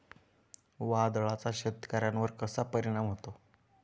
वादळाचा शेतकऱ्यांवर कसा परिणाम होतो?